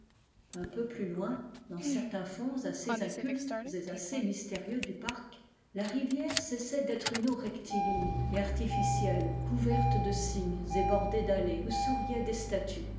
un peu plus loin dans certains fonds assez incultes et assez mystérieux du parc la rivière cessait d'être une eau rectiligne et artificielle couverte de cygnes et bordée d'allées où souriaient des statues